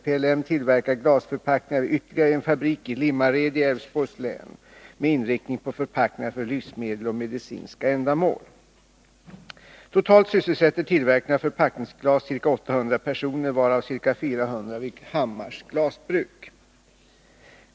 PLM tillverkar glasförpackningar vid ytterligare en fabrik, i Limmared i Älvsborgs län, med inriktning på förpackningar för livsmedel och medicinska ändamål. Totalt sysselsätter tillverkningen av förpackningsglas ca 800 personer, varav ca 400 vid Hammars glasbruk.